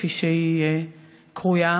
כפי שהיא קרויה,